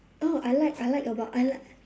oh I like I like about I like